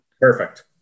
perfect